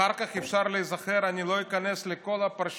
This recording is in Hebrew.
אחר כך אפשר להיזכר, אני לא איכנס לכל הפרשיות,